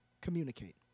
communicate